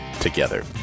together